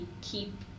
keep